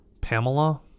Pamela